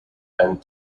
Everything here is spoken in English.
and